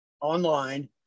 online